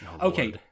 Okay